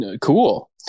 cool